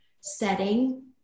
setting